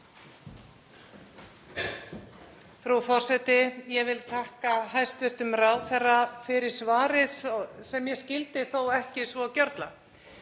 Frú forseti. Ég vil þakka hæstv. ráðherra fyrir svarið sem ég skildi þó ekki svo gjörla.